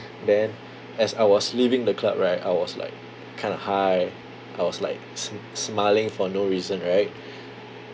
then as I was leaving the club right I was like kind of high I was like sm~ smiling for no reason right